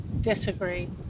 disagree